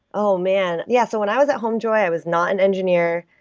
oh, man. yeah, so when i was at homejoy i was not an engineer.